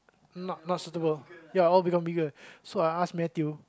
not not suitable ya all become bigger so I ask Matthew